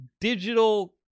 Digital